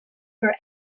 for